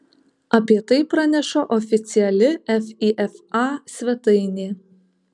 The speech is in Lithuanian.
apie tai praneša oficiali fifa svetainė